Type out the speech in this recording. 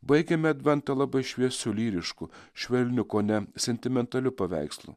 baigiame adventą labai šviesiu lyrišku švelniu kone sentimentaliu paveikslu